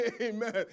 amen